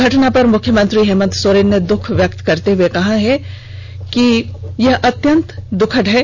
घटना पर मुख्यमंत्री हेमन्त सोरेन ने दुख व्यक्त करते हुए कहा कि यह दुखद घटना है